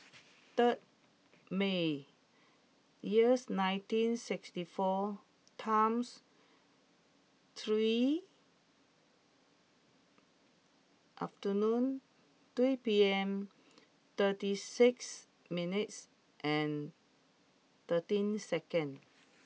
third May years nineteen sixty four times three afternoon two P M thirty six minutes and thirteen seconds